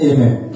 Amen